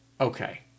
Okay